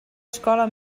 escola